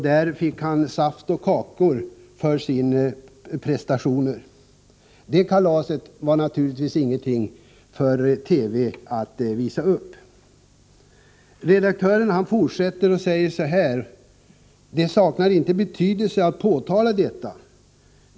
Där fick han saft och kakor för sina prestationer. Det kalaset var naturligtvis inget för TV att visa. Redaktören fortsätter: ”Det saknar inte betydelse att påtala detta.